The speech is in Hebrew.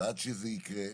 ועד שזה יקרה.